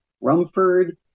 Rumford